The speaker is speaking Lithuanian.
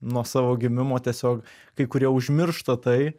nuo savo gimimo tiesiog kai kurie užmiršta tai